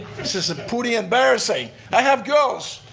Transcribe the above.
this is ah pretty embarrassing. i have girls,